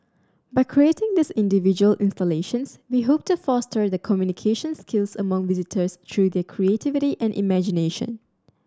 by creating these individual installations we hope to foster the communication skills among visitors through their creativity and imagination